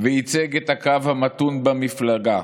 וייצג את הקו המתון במפלגה.